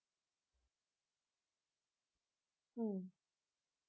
mm